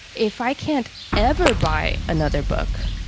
if i can't ever buy another book,